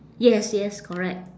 yes yes correct